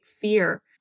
fear